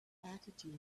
attitude